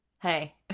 hey